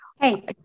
Hey